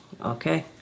Okay